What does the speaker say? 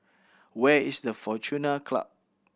where is the Fortuna Club